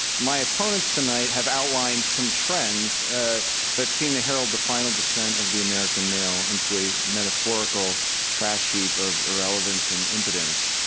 my opponents tonight have outlined some trends that seem to herald the final decent of the american male into a metaphorical trash heap of irrelevance and impotence.